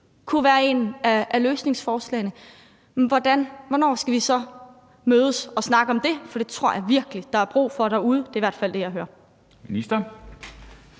kunne være et af løsningsforslagene – hvornår skal vi så mødes og snakke om det? For det tror jeg virkelig at der er brug for derude. Det er i hvert fald det, jeg hører.